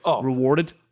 rewarded